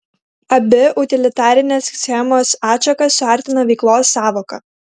abi utilitarinės schemos atšakas suartina veiklos sąvoka